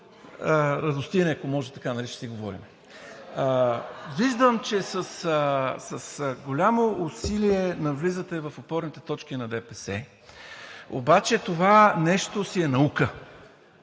Виждам, че с голямо усилие навлизате в опорните точки на ДПС, обаче това нещо си е наука.